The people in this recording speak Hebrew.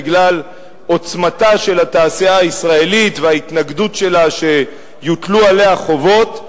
בגלל עוצמתה של התעשייה הישראלית וההתנגדות שלה שיוטלו עליה חובות.